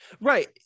Right